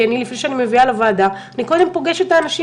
כי לפני שאני מביאה לוועדה אני קודם פוגשת את האנשים,